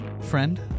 friend